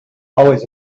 always